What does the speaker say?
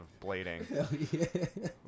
blading